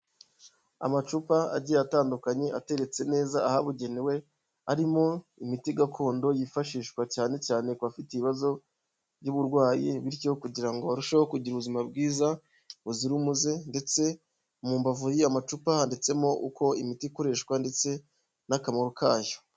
Amacupa agiye atandukanye ateretse neza ahabugenewe, arimo imiti gakondo yifashishwa cyane cyane ku bafite ibibazo by'uburwayi bityo kugira ngo barusheho kugira ubuzima bwiza buzira umuze ndetse mu mbavu y'amacupa handitsemo uko imiti ikoreshwa ndetse n'akamaro kayo.